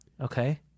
Okay